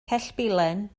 cellbilen